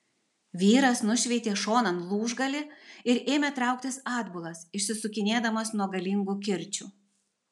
vyras nušveitė šonan lūžgalį ir ėmė trauktis atbulas išsisukinėdamas nuo galingų kirčių